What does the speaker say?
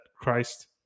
Christ